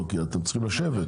אתם צריכים לשבת.